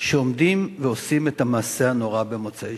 שעומדים ועושים את המעשה הנורא במוצאי-שבת?